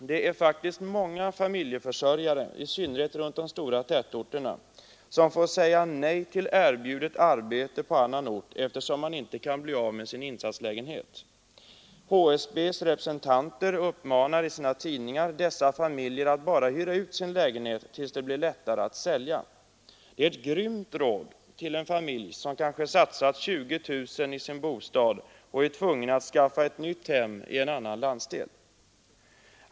Det är faktiskt många familjeförsörjare, i synnerhet i de stora tätorterna, som får säga nej till erbjudet arbete på annan ort, eftersom man inte kan bli av med sin insatslägenhet. HSB:s representanter uppmanar i sina tidningar dessa familjer att bara hyra ut sina lägenheter tills det blir lättare att sälja. Det är ett grymt råd till en familj, som kanske har satsat 20 000 kronor i sin bostad och är tvungen att skaffa ett nytt hem i en annan landsdel.